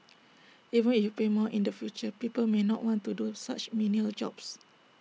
even you pay more in the future people may not want to do such menial jobs